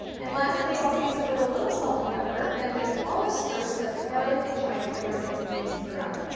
and lastly, i'll season with a little salt and pepper, then give it all a stir so that the garlic and chive flavor gets mixed throughout.